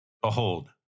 behold